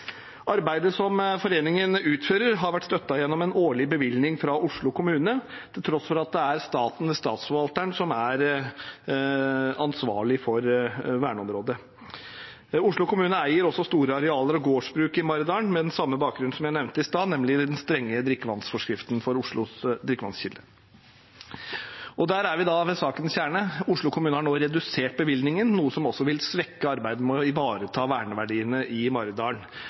Arbeidet som foreningen utfører, har vært støttet gjennom en årlig bevilgning fra Oslo kommune, til tross for at det er staten, ved Statsforvalteren, som er ansvarlig for verneområdet. Oslo kommune eier også store arealer og gårdsbruk i Maridalen med den samme bakgrunnen som jeg nevnte i stad, nemlig den strenge drikkevannsforskriften for Oslos drikkevannskilde. Og der er vi ved sakens kjerne: Oslo kommune har nå redusert bevilgningen, noe som vil svekke arbeidet med å ivareta verneverdiene i Maridalen,